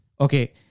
Okay